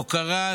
הוקרה,